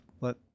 let